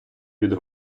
від